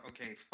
okay